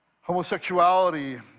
homosexuality